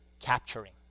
capturing